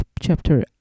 Chapter